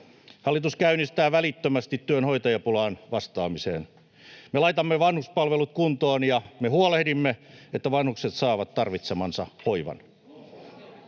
Hallitus käynnistää välittömästi työn hoitajapulaan vastaamiseksi. Me laitamme vanhuspalvelut kuntoon, ja me huolehdimme, että vanhukset saavat tarvitsemansa hoivan.